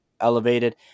elevated